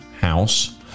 house